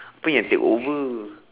apa yang take over